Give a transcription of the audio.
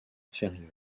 inférieur